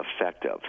effective